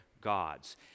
gods